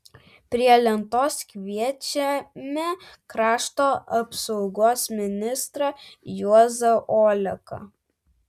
prie lentos kviečiame krašto apsaugos ministrą juozą oleką